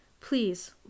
Please